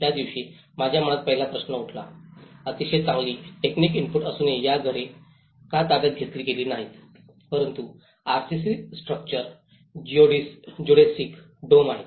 त्यादिवशी माझ्या मनात पहिला प्रश्न उठला अतिशय चांगली टेकनिक इनपुट असूनही या घरे का ताब्यात घेतली गेली नाहीत परंतु आरसीसी स्ट्रक्चर जिओडसिक डोम आहेत